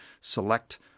select